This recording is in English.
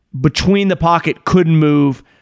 between-the-pocket-couldn't-move